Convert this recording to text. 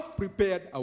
prepared